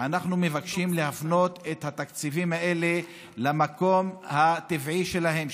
אנחנו מבקשים להפנות את התקציבים האלה למקום הטבעי שלהם,